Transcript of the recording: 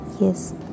yes